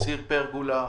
ציר פרגולה,